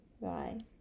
right